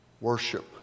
Worship